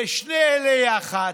ושני אלה יחד,